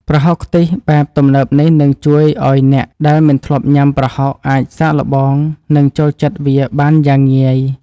ប្រហុកខ្ទិះបែបទំនើបនេះនឹងជួយឱ្យអ្នកដែលមិនធ្លាប់ញ៉ាំប្រហុកអាចសាកល្បងនិងចូលចិត្តវាបានយ៉ាងងាយ។